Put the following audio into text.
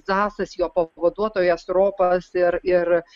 zsas jo pavaduotojas ropas ir ir